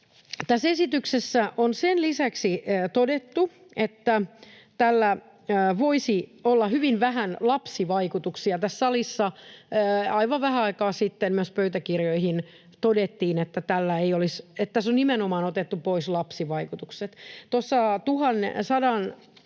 tässä esityksessä on sen lisäksi todettu, että tällä voisi olla hyvin vähän lapsivaikutuksia. Tässä salissa aivan vähän aikaa sitten myös pöytäkirjoihin todettiin, että tässä on nimenomaan otettu pois lapsivaikutukset.